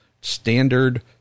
standard